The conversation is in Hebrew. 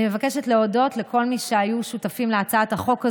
אני מבקשת להודות לכל מי שהיו שותפים להצעת החוק הזו: